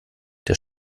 der